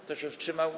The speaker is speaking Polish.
Kto się wstrzymał?